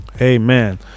Amen